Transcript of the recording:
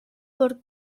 por